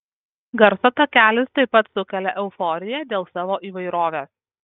garso takelis taip pat sukelia euforiją dėl savo įvairovės